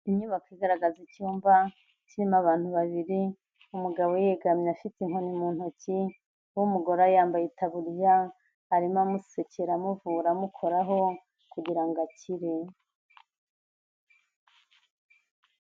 Inyubako igaragaza icyumba kirimo abantu babiri, umugabo yegamye afite inkoni mu ntoki, uw'umugore yambaye itaburiya, arimo amusekera, amuvura, amukoraho kugira ngo akire.